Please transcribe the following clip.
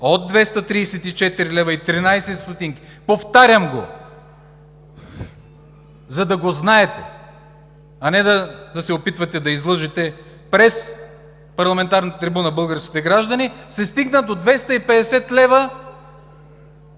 от 234,13 лв., повтарям го, за да го знаете, а не да се опитвате да излъжете през парламентарната трибуна българските граждани, се стигна до 250 лв.